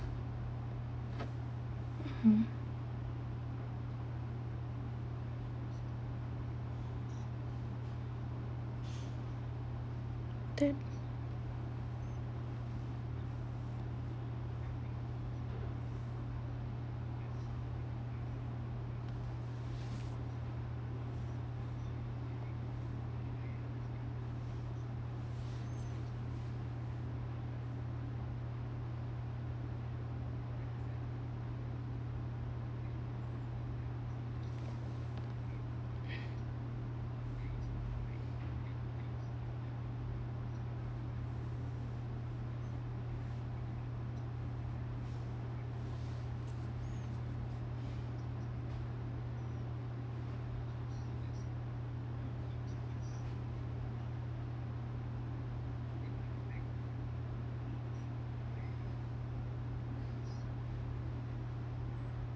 mm the